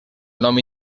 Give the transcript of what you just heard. nom